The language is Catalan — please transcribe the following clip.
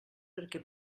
perquè